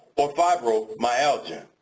or fibromyalgia.